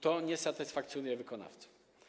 To nie satysfakcjonuje wykonawców.